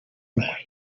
inkwi